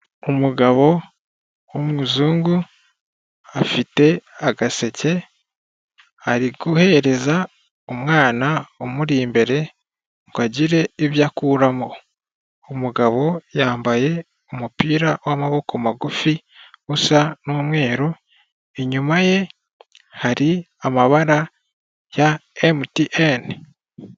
Umugabo w'umuzungu afite agaseke ari guhereza umwana umuri imbere ngo agire ibyo akuramo' Umugabo yambaye umupira w'amaboko magufi usa n'umweru, inyuma ye hari amabara ya emutiyene.